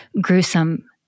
gruesome